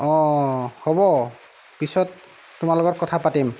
হ'ব পিছত তোমাৰ লগত কথা পাতিম